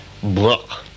Blah